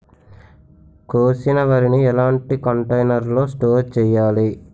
కోసిన వరిని ఎలాంటి కంటైనర్ లో స్టోర్ చెయ్యాలి?